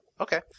Okay